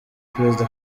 perezida